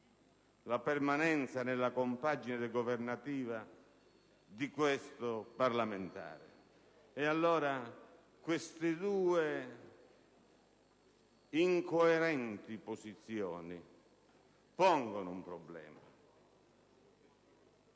la permanenza nella compagine governativa di questo parlamentare. Queste due incoerenti posizioni pongono un problema.